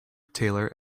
taylor